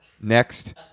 Next